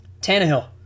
Tannehill